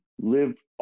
live